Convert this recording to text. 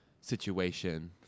situation